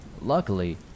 luckily